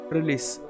Release